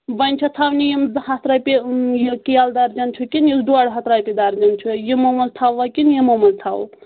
وَنۍ چھَ تھاونہِ یِمہٕ زٕ ہَتھ رۄپیہِ یہِ کیلہٕ دَرجَن چھُ کِنہٕ یُس ڈۄڈ ہَتھ روۄپیہِ درجَن چھُ یِمو منٛز تھَاووا کِنہٕ یِمو منٛز تھاوو